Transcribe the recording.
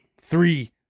Three